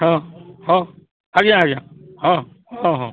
ହଁ ହଁ ଆଜ୍ଞା ଆଜ୍ଞା ହଁ ହଁ ହଁ